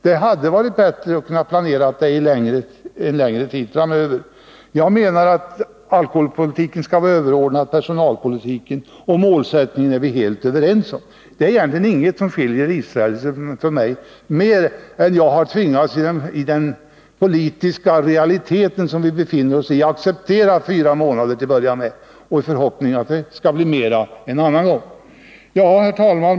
Det hade varit bättre att kunna planera för en längre tid. Jag menar att alkoholpolitiken skall vara överordnad personalpolitiken, och målsättningen är vi helt överens om. Det är egentligen ingenting som skiljer Per Israelsson och mig. Men jag har tvingats att i den politiska realitet där vi 16 befinner oss acceptera en försökstid på fyra månader till att börja med. Jag hoppas att det skall bli längre en annan gång. Herr talman!